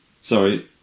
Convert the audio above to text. sorry